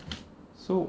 so